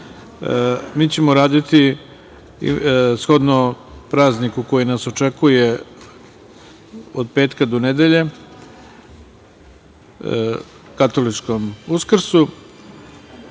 ćemo raditi shodno prazniku koji nas očekuje od petka do nedelje, katoličkom Uskrsu. Danas